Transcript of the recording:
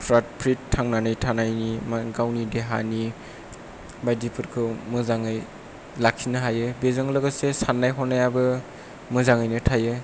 फ्राथ फ्रिथ थांनानै थानायनि गावनि देहानि बायदिफोरखौ मोजाङै लाखिनो हायो बेजों लोगोसे साननाय हनायाबो मोजाङैनो थायो